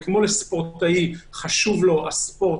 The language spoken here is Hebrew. כמו שלספורטאי חשוב הספורט,